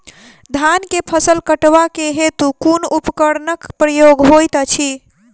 धान केँ फसल कटवा केँ हेतु कुन उपकरणक प्रयोग होइत अछि?